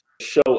show